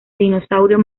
dinosaurio